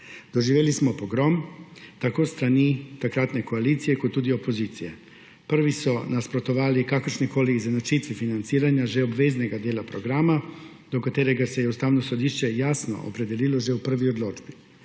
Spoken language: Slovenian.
Doživeli smo pogrom tako s strani takratne koalicije kot tudi opozicije. Prvi so nasprotovali kakršnikoli izenačitvi financiranja že obveznega dela programa, do katerega se je Ustavno sodišče jasno opredelilo že v prvi odločbi.